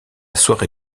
soirée